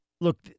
Look